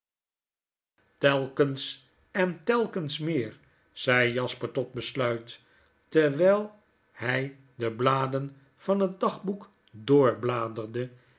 telkens en telkens meer zei jasper tot besluit terwijl hy de bladen van het dagboek